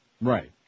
Right